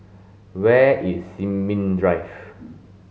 where is Sin Ming Drive